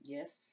Yes